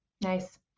Nice